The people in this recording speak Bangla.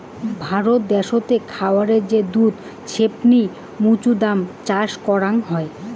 ভারত দ্যাশোতে খায়ারে যে দুধ ছেপনি মৌছুদাম চাষ করাং হই